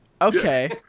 Okay